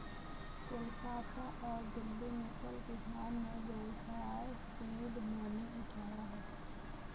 कोलकाता और दिल्ली में कल किसान ने व्यवसाय सीड मनी उठाया है